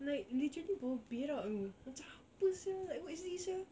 like literally bau berak you know macam apa sia what is this sia